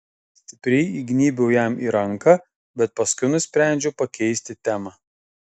stipriai įgnybiau jam į ranką bet paskui nusprendžiau pakeisti temą